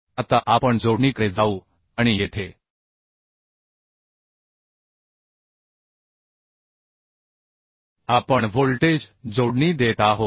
आता आपण जोडणीकडे जाऊ आणि येथे आपण व्होल्टेज जोडणी देत आहोत